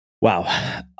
Wow